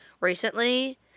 recently